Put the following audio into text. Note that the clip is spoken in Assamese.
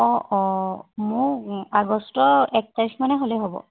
অঁ অঁ মোৰ আগষ্ট এক তাৰিখ মানে হ'লেও হ'ব